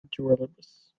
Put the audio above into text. naturalibus